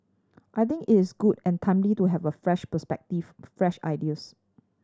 I think it's good and timely to have a fresh perspective fresh ideas